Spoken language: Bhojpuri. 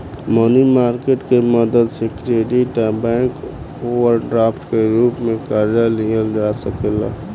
मनी मार्केट के मदद से क्रेडिट आ बैंक ओवरड्राफ्ट के रूप में कर्जा लिहल जा सकेला